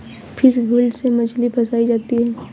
fish wheel से मछली फँसायी जाती है